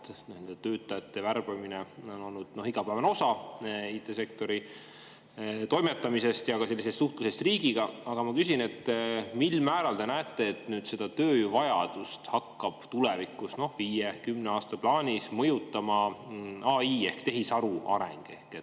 töötajate värbamine, on olnud igapäevane osa IT-sektori toimetamisest ja nende suhtlusest riigiga. Aga ma küsin, mil määral te näete, et seda tööjõuvajadust hakkab tulevikus, 5, 10 aasta plaanis mõjutama AI ehk tehisaru areng.